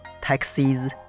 taxis